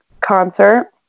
concert